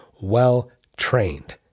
well-trained